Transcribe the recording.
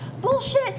Bullshit